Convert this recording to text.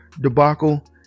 debacle